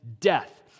death